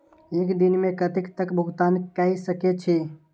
एक दिन में कतेक तक भुगतान कै सके छी